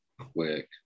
quick